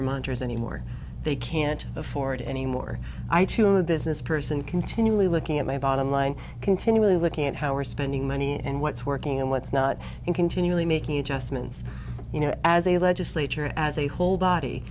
minors anymore they can't afford anymore i to the business person continually looking at my bottom line continually looking at how we're spending money and what's working and what's not and continually making adjustments you know as a legislature as a whole body